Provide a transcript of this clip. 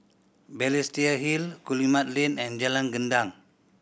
Balestier Hill Guillemard Lane and Jalan Gendang